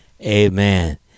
Amen